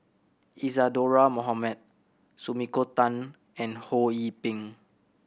Isadhora Mohamed Sumiko Tan and Ho Yee Ping